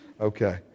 Okay